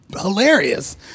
hilarious